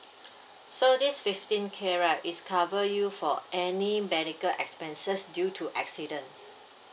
so this fifteen K right is cover you for any medical expenses due to accident